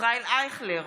ישראל אייכלר,